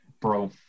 bro